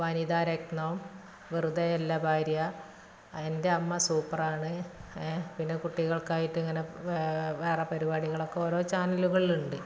വനിതാരത്നം വെറുതെ അല്ല ഭാര്യ എൻ്റെ അമ്മ സൂപ്പറാണ് പിന്നെ കുട്ടികൾക്കായിട്ട് ഇങ്ങനെ വേറെ പരിപാടികളൊക്കെ ഓരോ ചാനലുകൾ ഉണ്ട്